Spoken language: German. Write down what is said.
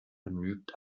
genügt